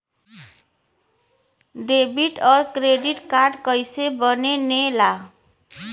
Debit और credit card कईसे बने ने ला?